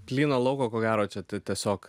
plyno lauko ko gero čia tiesiog